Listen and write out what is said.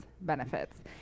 benefits